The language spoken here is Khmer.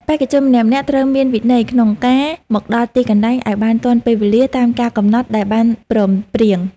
បេក្ខជនម្នាក់ៗត្រូវមានវិន័យក្នុងការមកដល់ទីកន្លែងឱ្យបានទាន់ពេលវេលាតាមការកំណត់ដែលបានព្រមព្រៀង។